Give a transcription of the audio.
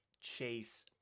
chase